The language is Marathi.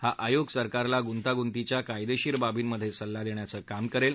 हा आयोग सरकारला गुंतागुंतीच्या कायदेशीर बाबींमध्ये सल्ला देण्याच काम करेल